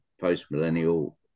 post-millennial